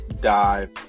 dive